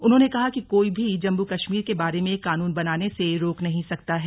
उन्होंने कहा कि कोई भी जम्मू कश्मीर के बारे में कानून बनाने से रोक नहीं सकता है